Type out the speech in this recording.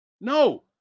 No